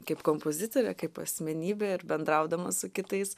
kaip kompozitorė kaip asmenybė ir bendraudama su kitais